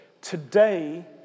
Today